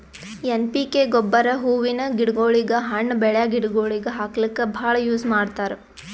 N P K ಗೊಬ್ಬರ್ ಹೂವಿನ್ ಗಿಡಗೋಳಿಗ್, ಹಣ್ಣ್ ಬೆಳ್ಯಾ ಗಿಡಗೋಳಿಗ್ ಹಾಕ್ಲಕ್ಕ್ ಭಾಳ್ ಯೂಸ್ ಮಾಡ್ತರ್